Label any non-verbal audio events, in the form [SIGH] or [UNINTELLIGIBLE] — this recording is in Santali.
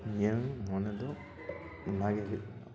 ᱤᱧᱟᱹᱝ ᱢᱚᱱᱮ ᱫᱚ ᱚᱱᱟᱜᱮ ᱦᱩᱭᱩᱜ [UNINTELLIGIBLE]